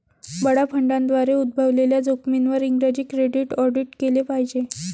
बडा फंडांद्वारे उद्भवलेल्या जोखमींवर इंग्रजी केंद्रित ऑडिट केले पाहिजे